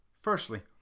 Firstly